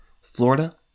Florida